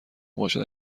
باشد